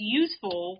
useful